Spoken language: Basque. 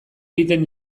egiten